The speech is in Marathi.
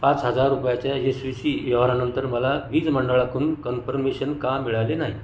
पाच हजार रुपयांच्या यशस्वी व्यवहारानंतर मला वीज मंडळाकडून कन्फर्मेशन का मिळाले नाही